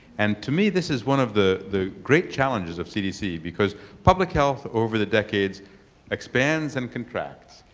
and to me this is one of the the great challenges of cdc, because public health over the decades expands and contracts.